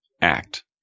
act